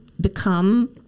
become